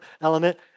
element